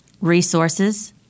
resources